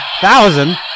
thousand